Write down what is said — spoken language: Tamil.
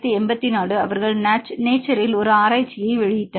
1984 அவர்கள் நேசரீல் ஒரு ஆராச்சியை வெளியிட்டனர்